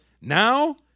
Now